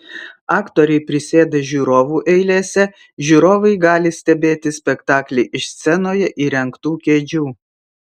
aktoriai prisėda žiūrovų eilėse žiūrovai gali stebėti spektaklį iš scenoje įrengtų kėdžių